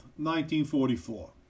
1944